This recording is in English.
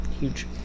huge